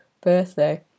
birthday